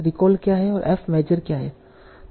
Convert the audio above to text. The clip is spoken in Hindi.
रिकॉल क्या है और F मेजर क्या है